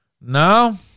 No